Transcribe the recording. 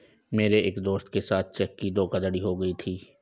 मेरे एक दोस्त के साथ चेक की धोखाधड़ी हो गयी थी